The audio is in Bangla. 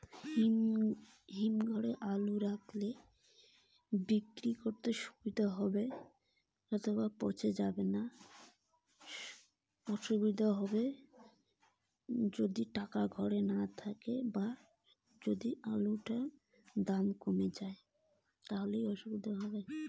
জমি থেকে আলু তুলে বিক্রি না করে হিমঘরে রাখলে কী সুবিধা বা কী অসুবিধা হবে?